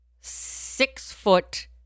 six-foot